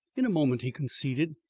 in a moment, he conceded.